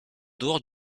dehors